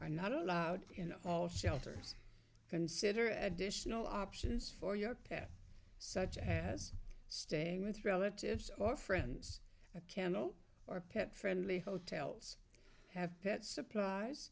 are not only in all shelters consider an additional options for your pet such as staying with relatives or friends a kennel or pet friendly hotels have pet supplies